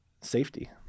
safety